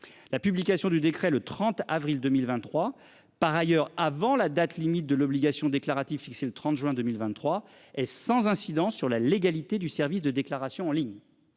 La publication du décret, le 30 avril 2023. Par ailleurs, avant la date limite de l'obligation déclarative fixé le 30 juin 2023 et sans incidence sur la légalité du service de déclaration en ligne.